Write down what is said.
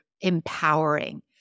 empowering